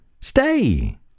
stay